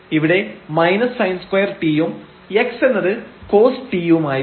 ഇവിടെ sin2 t യും x എന്നത് cos t യുമായിരുന്നു